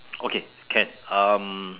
okay can um